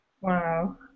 Wow